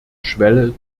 schwelle